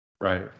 Right